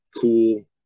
cool